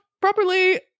properly